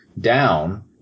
down